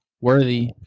Worthy